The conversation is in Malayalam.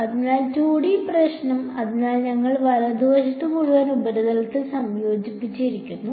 അതിനാൽ 2D പ്രശ്നം അതിനാൽ ഞങ്ങൾ വലതുവശത്ത് മുഴുവൻ ഉപരിതലത്തിൽ സംയോജിപ്പിച്ചിരിക്കുന്നു